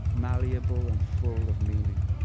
malleable, and full of meaning.